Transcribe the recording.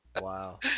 Wow